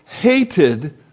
hated